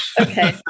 Okay